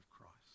Christ